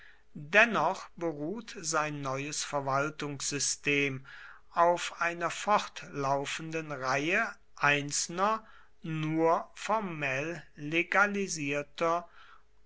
dennoch beruht sein neues verwaltungssystem auf einer fortlaufenden reihe einzelner nur formell legalisierter